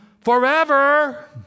forever